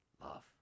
love